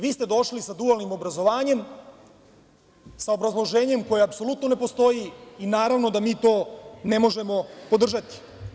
Vi ste došli sa dualnim obrazovanjem, sa obrazloženjem koje apsolutno ne postoji i naravno da mi to ne možemo podržati.